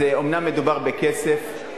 אומנם מדובר בכסף,